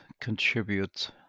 contribute